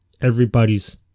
everybody's